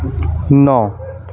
नओ